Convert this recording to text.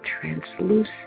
translucent